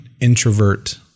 introvert